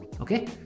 Okay